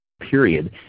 period